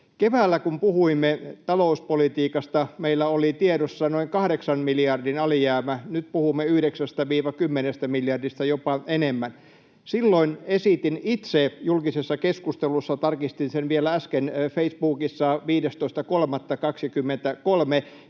Keväällä, kun puhuimme talouspolitiikasta, meillä oli tiedossa noin kahdeksan miljardin alijäämä, nyt puhumme 9—10 miljardista, jopa enemmästä. Silloin esitin itse julkisessa keskustelussa — tarkistin sen vielä äsken — Facebookissa 15.3.2023